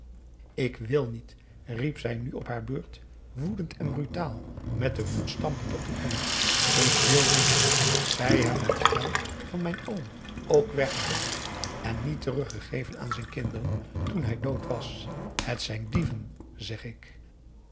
ik wil niet riep zij nu op haar beurt woedend en brutaal met den voet stampend op den grond ik wil niet zij hebben het geld van mijn oom ook weggehaald en niet teruggegeven aan zijn kinderen toen hij dood was het zijn dieven zeg ik